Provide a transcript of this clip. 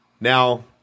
Now